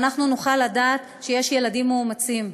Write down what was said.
ואנחנו נוכל לדעת שיש ילדים מאומצים.